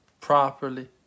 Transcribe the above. properly